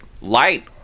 light